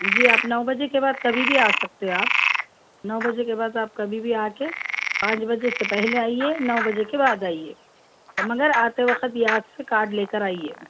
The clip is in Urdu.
جی آپ نو بجے کے بعد کبھی بھی آ سکتے ہو آپ نو بجے کے بعد آپ کبھی بھی آ کے پانچ بجے سے پہلے آئیے نو بجے کے بعد جائیے مگر آتے وقت یاد سے کاڈ لے کر آئیے